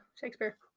shakespeare